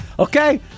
Okay